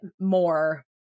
more